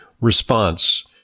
response